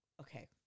okay